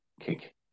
kick